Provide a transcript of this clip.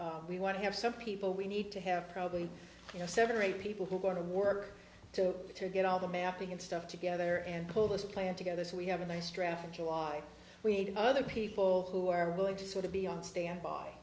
have we want to have some people we need to have probably you know seven or eight people who are going to work to get all the mapping and stuff together and pull this plan together so we have a nice traffic why we need other people who are willing to sort of be on standby